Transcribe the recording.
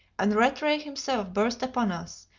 and rattray himself burst upon us,